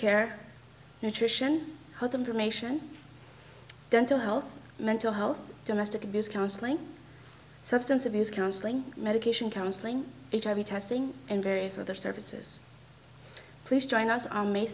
care nutrition for them from ation dental health mental health domestic abuse counseling substance abuse counseling medication counseling hiv testing and various other services please join us on may